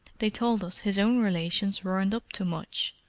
they told us his own relations weren't up to much.